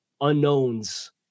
unknowns